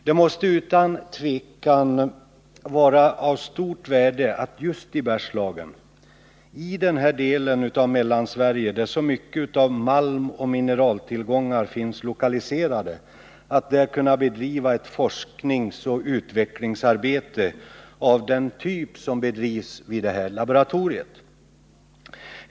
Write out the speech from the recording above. Det måste utan tvivel vara av stort värde att just i Bergslagen —i den del av Mellansverige där så mycket av malmoch mineraltillgångar finns lokaliserade — kunna bedriva ett forskningsoch utvecklingsarbete av den typ som bedrivs vid det här laboratoriet.